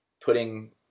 putting